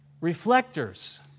reflectors